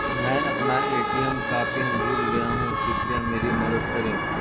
मैं अपना ए.टी.एम का पिन भूल गया हूं, कृपया मेरी मदद करें